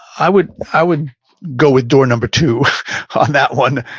i would i would go with door number two on that one.